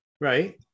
Right